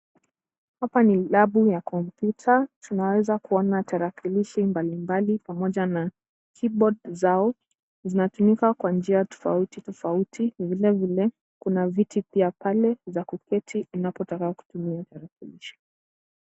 Hapa ni labu ya kompyuta, tunaweza kuona tarakilishi mbalimbali pamoja na keyboard zao. Zinatumika kwa njia tofauti tofauti, vilevile kuna viti pia pale za kuketi, unapotaka kutumia tarakilishi.